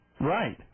Right